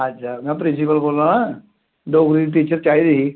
अच्छा मैं प्रिंसिपल बोल्ला ना डोगरी दी टीचर चाहिदी ही